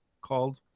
called